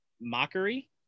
Mockery